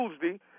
Tuesday